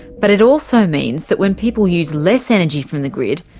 but it also means that when people use less energy from the grid,